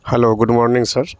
hello good morning sir